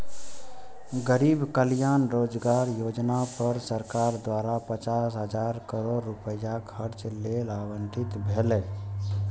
गरीब कल्याण रोजगार योजना पर सरकार द्वारा पचास हजार करोड़ रुपैया खर्च लेल आवंटित भेलै